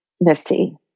Misty